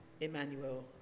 Emmanuel